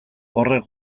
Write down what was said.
horrek